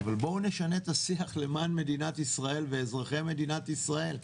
אבל בואו נשנה את השיח למען מדינת ישראל ואזרחי מדינת ישראל.